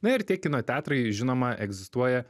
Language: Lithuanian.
na ir tie kino teatrai žinoma egzistuoja